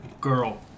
girl